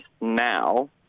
now